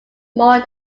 more